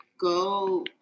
go